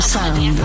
Sound